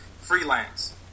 freelance